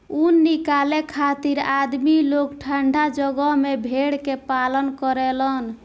ऊन निकाले खातिर आदमी लोग ठंडा जगह में भेड़ के पालन करेलन